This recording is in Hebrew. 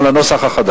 על הנוסח החדש.